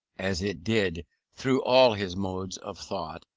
as it did through all his modes of thought,